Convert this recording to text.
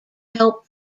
help